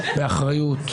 באחריות,